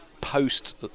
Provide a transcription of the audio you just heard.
post